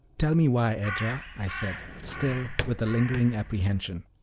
tell me why, edra? i said, still with a lingering apprehension.